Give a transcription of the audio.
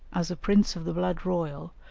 as a prince of the blood royal,